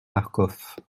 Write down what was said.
marcof